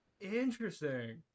Interesting